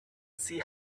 see